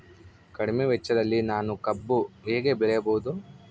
ಕಡಿಮೆ ವೆಚ್ಚದಲ್ಲಿ ನಾನು ಕಬ್ಬು ಹೇಗೆ ಬೆಳೆಯಬಹುದು?